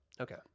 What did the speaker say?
Okay